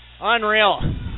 Unreal